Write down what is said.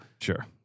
Sure